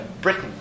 Britain